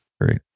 Great